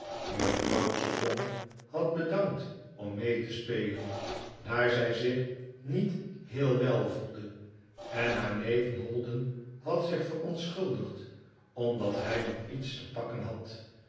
mevrouw strong had bedankt orn mee te spelen daar zij zich niet heel wel voelde en haar neef maldon had zich verontschuldigd omdat hij nog iets te pakken had